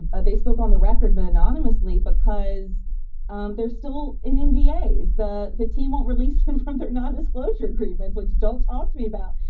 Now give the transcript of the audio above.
they spoke on the record, but anonymously because um they're still in in d a s that the team won't release them from their nondisclosure agreements, which don't talk to me about.